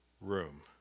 room